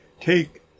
take